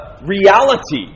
reality